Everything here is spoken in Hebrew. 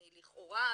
אני לכאורה,